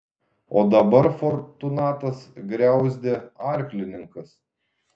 o dabar fortunatas griauzdė arklininkas